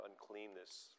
uncleanness